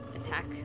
attack